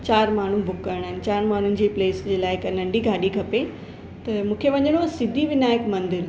चार माण्हू बुक करणा आहिनि चईनि माण्हुनि जे प्लेस जे लाइक़ु हिकु नंढी गाॾी खपे त मूंखे वञिणो हुओ सिद्धिविनायक मंदरु